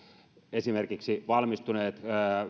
esimerkiksi valmistuneet